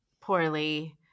poorly